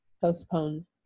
postponed